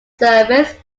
service